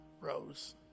rose